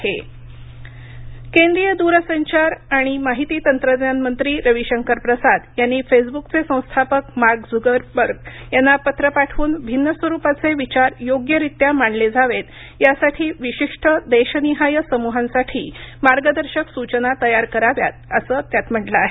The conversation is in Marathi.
प्रसाद फेसब्क केंद्रीय द्रसंचार आणि माहिती तंत्रज्ञान मंत्री रविशंकर प्रसाद यांनी फेसबुकचे संस्थापक मार्क झुकरबर्ग यांना पत्र पाठवून भिन्न स्वरुपाचे विचार योग्यरीत्या मांडले जावेत यासाठी विशिष्ट देशनिहाय समुहांसाठी मार्गदर्शक सुचना तैय्यार कराव्यात असं त्यात म्हटलं आहे